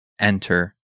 enter